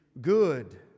good